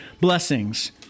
blessings